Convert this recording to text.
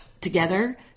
together